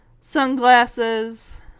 sunglasses